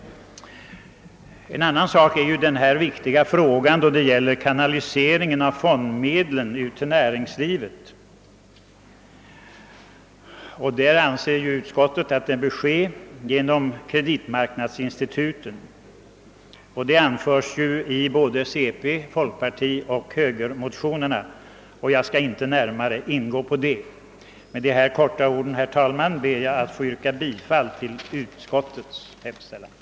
En annan sak är den viktiga frågan om kanaliseringen av fondmedlen ut till näringslivet. Utskottet anser på den punkten att det bör ske genom kreditmarknadsinstituten, något som anförs i både centerparti-, folkpartioch högerpartimotionerna, varför jag inte närmare skall gå in på detta. Med dessa korta ord, herr talman, ber jag att få yrka bifall till utskottets hemställan.